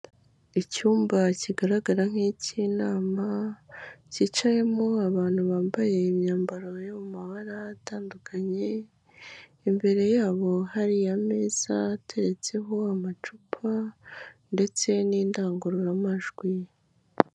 Icyumba kigaragara nk'icy'inama, cyicayemo abantu bambaye imyambaro yo mu mabara atandukanye, imbere yabo hari ameza ateretseho amacupa ndetse n'indangururamajwi.